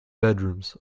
bedrooms